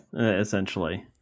essentially